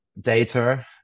data